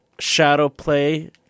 Shadowplay